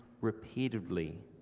repeatedly